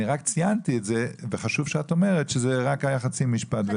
אני רק ציינתי את זה וחשוב שאת אומרת שזה רק היה חצי משפט.